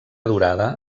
durada